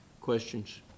questions